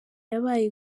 yabaye